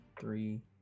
three